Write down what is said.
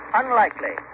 unlikely